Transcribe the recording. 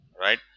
Right